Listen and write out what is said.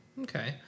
Okay